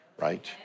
Right